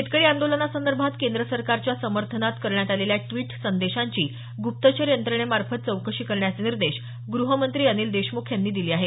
शेतकरी आंदोलनासंदर्भात केंद्र सरकारच्या समर्थनात करण्यात आलेल्या ड्वीट संदेशांची गुप्तचर यंत्रणेमार्फत चौकशी करण्याचे निर्देश गृहमंत्री अनिल देशमुख यांनी दिले आहेत